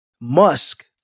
Musk